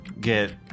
get